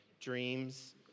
dreams